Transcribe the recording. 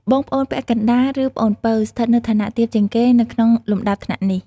បងប្អូនពាក់កណ្ដាល ឬប្អូនពៅ ស្ថិតនៅឋានៈទាបជាងគេនៅក្នុងលំដាប់ថ្នាក់នេះ។